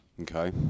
Okay